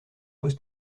post